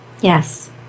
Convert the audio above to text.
Yes